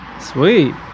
sweet